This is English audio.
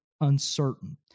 uncertain